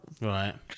Right